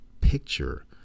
picture